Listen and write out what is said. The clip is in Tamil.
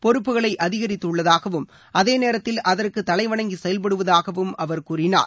பொறுப்புகளை அதிகரித்துள்ளதாகவும் அதே நேரத்தில் அதற்கு தலைவணங்கி செயல்படுவதாகவும் அவர் கூறினார்